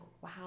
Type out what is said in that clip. wow